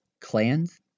clans